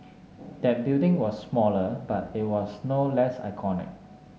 that building was smaller but it was no less iconic